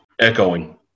echoing